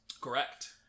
Correct